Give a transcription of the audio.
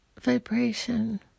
vibration